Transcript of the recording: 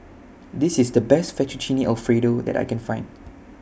This IS The Best Fettuccine Alfredo that I Can Find